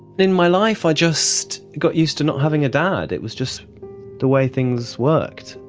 in my life i just got used to not having a dad, it was just the way things worked.